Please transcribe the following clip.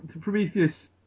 Prometheus